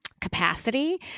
capacity